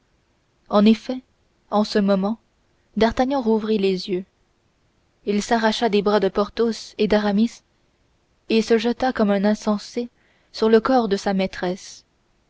en effet en ce moment d'artagnan rouvrit les yeux il s'arracha des bras de porthos et d'aramis et se jeta comme un insensé sur le corps de sa maîtresse